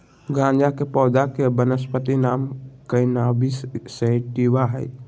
गाँजा के पौधा के वानस्पति नाम कैनाबिस सैटिवा हइ